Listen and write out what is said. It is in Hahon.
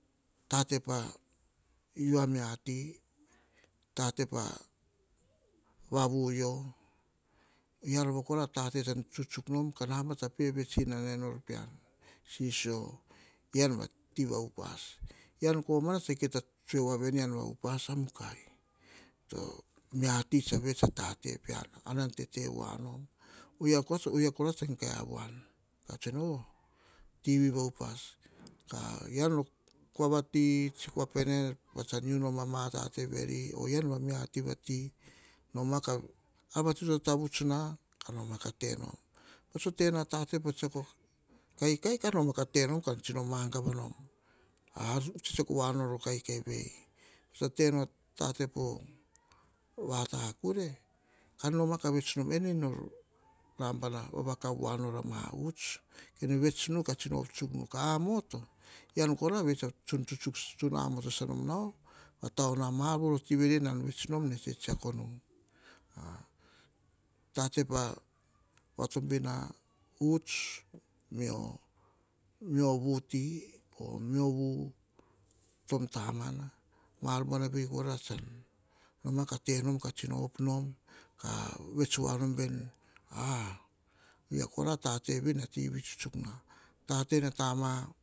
Tate pa u amiati, tate pa vavvu yio, oyia rova kora a tate tsan tsutsuk nom ka nabana pe vets inana e nor pean, sisio ean va ti va uupas. E en komana tsa kita tsoe voa veni, ean va upas, ukai. Mia ti tsa vets komana a tate pean, a nom tete voa nom. Oyia kora tsa gae a voan. 'O' tivi va upas, ka, ke an kua vati, tsi kua pene, patsan u nom a ma tate veri, o ean, a mia tivati. Ar vati to tatavuts, noma ka te nom. Patso taia tate pa tsiako a kaikai, noma ka tenom kan tsino magava nom. Eir nor tsitako voa nor a kaikai veni. Patso tena tae po vata kure, kkka noma ka vets nom, eni na nabana vavakau voa nor a huts, kene vets tsuk nu. Ka a moto, ean kora vei tsan tsun tsutsuk, tsaan am moto sasa nom nao, pa tao nao a ma ar voro ti veri nene tsetsako nu. Tate pa va tobin a huts, mio vuti, mio tom tamana, ma ar buar veri koro, tsan noma ka tenom, ka tino op nom, ka vets voa nom 'a' oyia kora a tate na ti tsutsuk na, tama